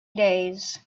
days